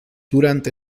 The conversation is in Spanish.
durante